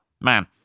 man